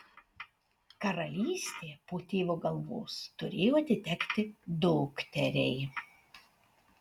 karalystė po tėvo galvos turėjo atitekti dukteriai